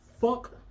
Fuck